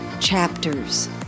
chapters